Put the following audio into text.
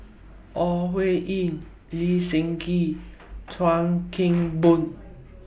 Ore Huiying Lee Seng Gee and Chuan Keng Boon